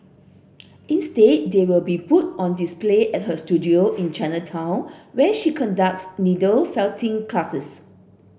instead they will be put on display at her studio in Chinatown where she conducts needle felting classes